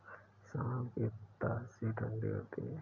सौंफ की तासीर ठंडी होती है